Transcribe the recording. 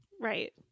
Right